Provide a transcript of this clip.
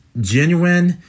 genuine